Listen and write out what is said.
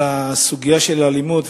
על הסוגיה של האלימות.